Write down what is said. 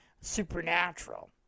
supernatural